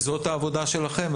אליעזר, זאת העבודה שלכם.